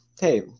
Hey